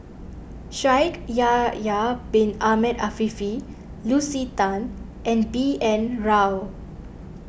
Shaikh Yahya Bin Ahmed Afifi Lucy Tan and B N Rao